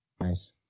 Nice